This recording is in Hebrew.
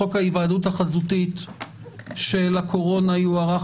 חוק ההיוועדות החזותית של הקורונה יוארך